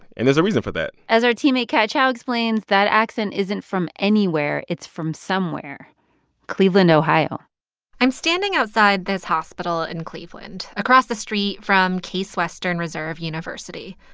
and there's a reason for that as our teammate kat chow explains, that accent isn't from anywhere. it's from somewhere cleveland, ohio i'm standing outside this hospital in cleveland across the street from case western reserve university.